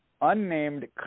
unnamed